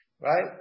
Right